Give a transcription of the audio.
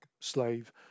slave